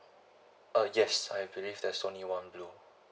uh yes I believe there's only one blue